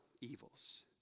evils